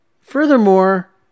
furthermore